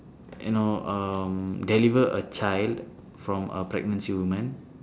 you know um deliver a child from a pregnancy woman